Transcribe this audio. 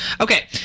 Okay